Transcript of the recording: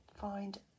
find